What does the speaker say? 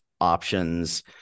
options